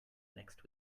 next